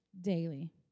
daily